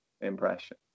impression